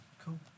Cool